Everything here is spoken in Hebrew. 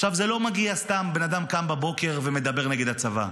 עכשיו זה לא מגיע סתם שבן-אדם קם בבוקר ומדבר נגד הצבא,